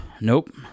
Nope